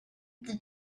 the